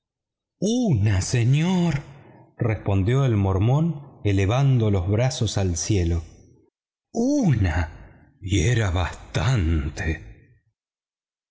una señor contestó el mormón elevando los brazos al cielo una y era bastante